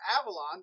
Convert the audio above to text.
Avalon